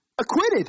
acquitted